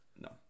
No